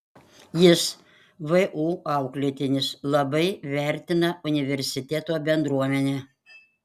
jis vu auklėtinis labai vertina universiteto bendruomenę